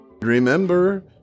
Remember